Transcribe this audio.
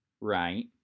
Right